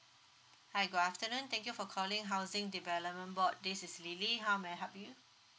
hi good afternoon thank you for calling housing development board this is lily how may I help you